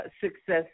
success